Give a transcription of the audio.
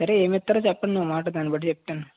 సరే ఏమి ఇస్తారో చెప్పండి ఒక మాట దాన్ని బట్టి చెప్తాను